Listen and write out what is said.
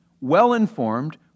well-informed